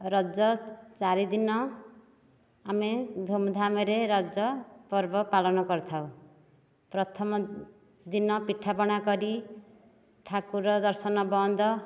ରଜ ଚାରି ଦିନ ଆମେ ଧୁମଧାମରେ ରଜ ପର୍ବ ପାଳନ କରିଥାଉ ପ୍ରଥମ ଦିନ ପିଠା ପଣା କରି ଠାକୁର ଦର୍ଶନ ବନ୍ଦ